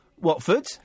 Watford